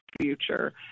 future